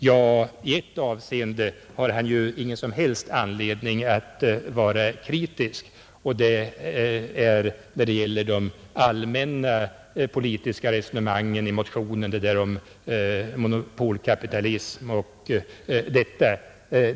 Ja, i ett avseende har han ju ingen som helst anledning att vara kritisk, och det är när det gäller de allmänna politiska resonemangen i motionen om monopolkapitalism etc.